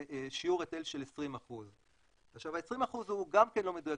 שיעור היטל של 20%. 20% הוא גם לא מדויק,